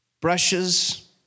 brushes